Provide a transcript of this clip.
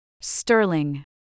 sterling